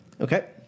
Okay